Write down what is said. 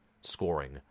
scoring